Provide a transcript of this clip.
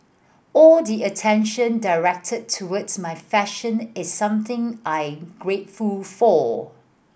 all the attention directed towards my fashion is something I grateful for